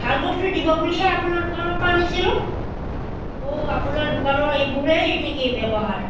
ভাল বস্তু দিব বুলিহে আপোনাৰ দোকানৰ পৰা আনিছিলোঁ অ' আপোনাৰ দোকানৰ এইবোৰেই নিকি ব্যৱহাৰ